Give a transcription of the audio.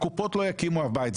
הקופות לא יקימו אף בית,